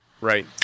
right